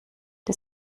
der